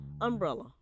umbrella